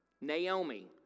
Naomi